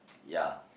ya